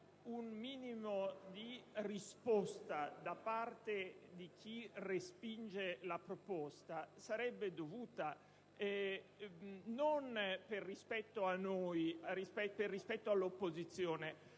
un minimo di risposta da parte di chi respinge la proposta sarebbe dovuto; non per rispetto a noi, all'opposizione,